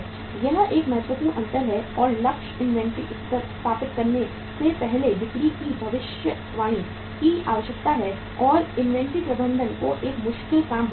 यह एक महत्वपूर्ण अंतर है और लक्ष्य इन्वेंट्री स्तर स्थापित करने से पहले बिक्री की भविष्यवाणी की आवश्यकता है जो इन्वेंट्री प्रबंधन को एक मुश्किल काम बनाता है